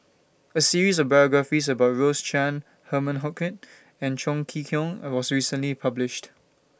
A series of biographies about Rose Chan Herman Hochstadt and Chong Kee Hiong was recently published